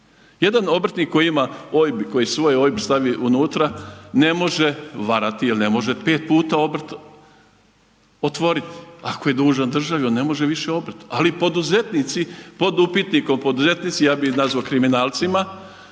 ima OIB i koji svoj OIB stavi unutra ne može varati jer ne može pet puta obrt otvoriti. Ako je dužan državi on ne može više obrt. Ali poduzetnici pod upitnikom poduzetnici, ja bih ih nazvao kriminalcima,